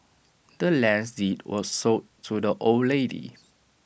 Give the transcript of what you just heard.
the land's deed was sold to the old lady